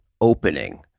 opening